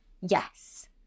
Yes